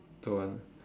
don't want